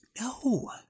No